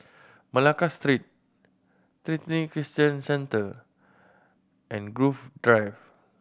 Malacca Street Trinity Christian Centre and Grove Drive